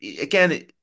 again